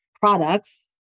products